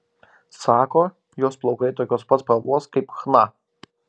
sako jos plaukai tokios pat spalvos kaip chna